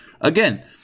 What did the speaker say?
again